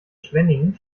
schwenningen